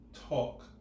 talk